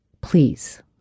please